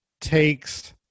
takes